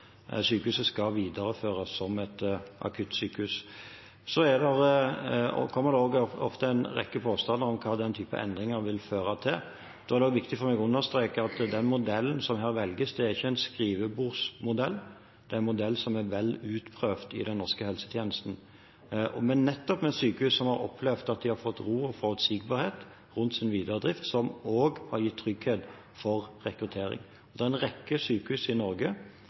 Sykehuset skal videreføres som et akuttsykehus. Det kommer ofte en rekke påstander om hva den typen endringer vil føre til. Da er det viktig for meg å understreke at den modellen som velges her, ikke er en skrivebordsmodell, det er en modell som er vel utprøvd i den norske helsetjenesten, nettopp ved sykehus som har opplevd at de har fått ro og forutsigbarhet rundt sin videre drift, noe som også har gitt trygghet for rekruttering. Det er en rekke sykehus i Norge